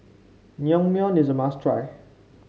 naengmyeon is a must try